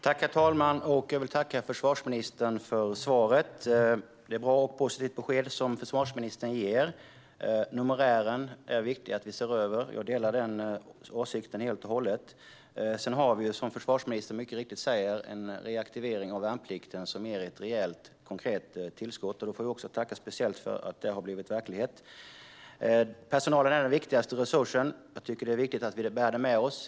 Herr talman! Jag vill tacka försvarsministern för svaret. Det är ett positivt besked som försvarsministern ger. Numerären är viktig att se över; jag delar den åsikten helt och hållet. Sedan har vi, som försvarsministern mycket riktigt säger, en reaktivering av värnplikten som ger ett rejält och konkret tillskott, och då får vi också tacka speciellt för att det har blivit verklighet. Personalen är den viktigaste resursen. Jag tycker att det är viktigt att vi bär det med oss.